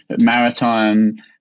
maritime